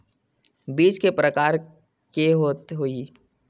बीज के प्रकार के होत होही?